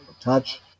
touch